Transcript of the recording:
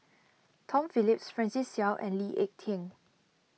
Tom Phillips Francis Seow and Lee Ek Tieng